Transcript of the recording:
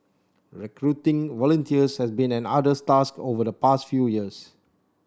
recruiting volunteers has been an arduous task over the past few years